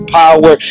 power